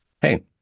Hey